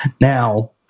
Now